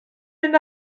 mynd